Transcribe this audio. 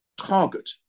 target